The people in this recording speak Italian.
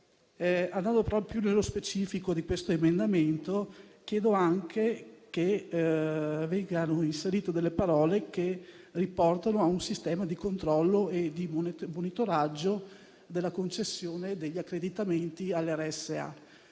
Andando proprio nello specifico di questo emendamento, chiedo che vengano inserite parole che riportino a un sistema di controllo e di monitoraggio della concessione e degli accreditamenti alle RSA,